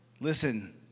Listen